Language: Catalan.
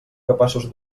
capaços